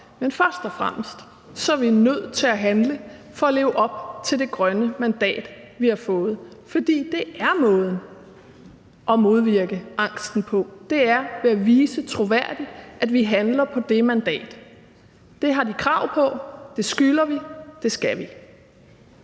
men først og fremmest er vi nødt til at handle for at leve op til det grønne mandat, vi har fået. For måden at modvirke angsten på er ved troværdigt at vise, at vi handler på det mandat. Det har de krav på, det skylder vi, og det skal vi.